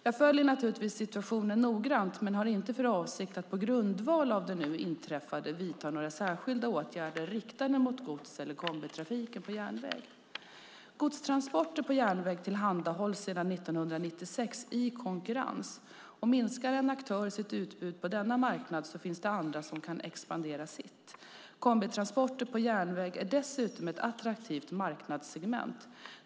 Jag följer naturligtvis situationen noggrant men har inte för avsikt att på grundval av det nu inträffade vidta några särskilda åtgärder riktade mot gods eller kombitrafiken på järnväg. Godstransporter på järnväg tillhandahålls sedan 1996 i konkurrens. Minskar en aktör sitt utbud på denna marknad, finns det andra som kan expandera sitt. Kombitransporter på järnväg är dessutom ett attraktivt marknadssegment.